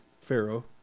Pharaoh